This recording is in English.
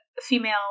female